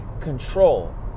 control